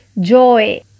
joy